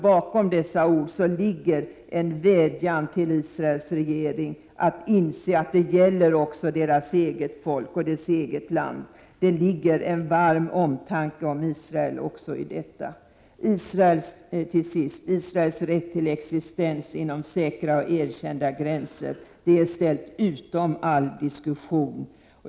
Bakom dessa ord ligger en vädjan till Israels regering att inse att det gäller också det egna folket och det egna landet. Det ligger en varm omtanke om Israel i detta. Israels rätt till existens inom säkra och erkända gränser är ställd utom all diskussion.